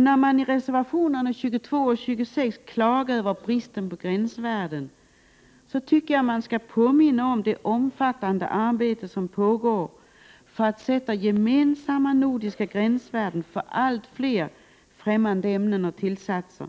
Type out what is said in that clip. När det i reservationerna 22 och 26 klagas över bristen på gränsvärden, tycker jag att det finns skäl att påminna om det omfattande arbete som pågår för att sätta gemensamma nordiska gränsvärden för allt fler fftämmande ämnen och tillsatser.